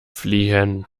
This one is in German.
fliehen